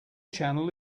channel